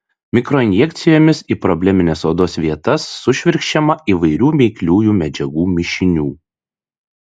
mikroinjekcijomis į problemines odos vietas sušvirkščiama įvairių veikliųjų medžiagų mišinių